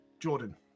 Jordan